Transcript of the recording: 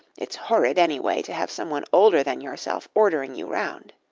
it's horrid anyway to have some one older than yourself ordering you round.